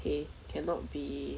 eh cannot be